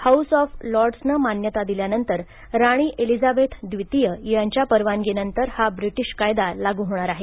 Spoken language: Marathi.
हाऊस ऑफ लॉर्डसनं मान्यता दिल्यानंतर राणी एलिझाबेथ द्वितीय यांच्या परवानगीनंतर हा ब्रिटीश कायदा लागू होणार आहे